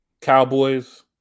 Cowboys